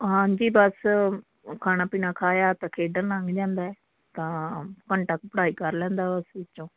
ਹਾਂਜੀ ਬਸ ਖਾਣਾ ਪੀਣਾ ਖਾਇਆ ਤਾਂ ਖੇਡਣ ਲੰਘ ਜਾਂਦਾ ਹੈ ਤਾਂ ਘੰਟਾ ਕੁ ਪੜ੍ਹਾਈ ਕਰ ਲੈਂਦਾ ਉਸ ਵਿੱਚੋਂ